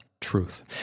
truth